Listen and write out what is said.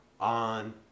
on